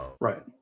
Right